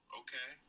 okay